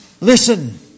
Listen